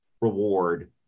reward